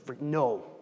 no